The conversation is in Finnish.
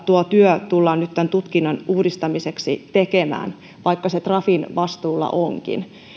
tuo työ tullaan nyt tämän tutkinnon uudistamiseksi tekemään vaikka se trafin vastuulla onkin